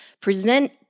present